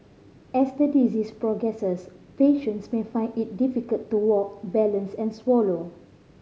as the disease progresses patients may find it difficult to walk balance and swallow